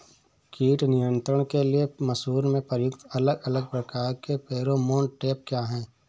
कीट नियंत्रण के लिए मसूर में प्रयुक्त अलग अलग प्रकार के फेरोमोन ट्रैप क्या है?